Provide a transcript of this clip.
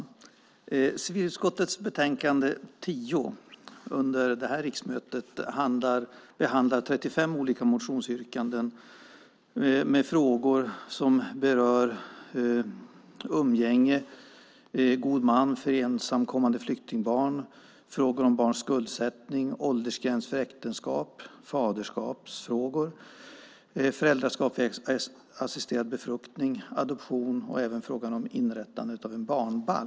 I civilutskottets betänkande 10 från detta riksmöte behandlas 35 olika motionsyrkanden med frågor som berör umgänge, god man för ensamkommande flyktingbarn, frågan om barns skuldsättning, åldersgräns för äktenskap, faderskapsfrågor, föräldraskap vid assisterad befruktning, adoption och även frågan om inrättandet av en barnbalk.